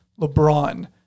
LeBron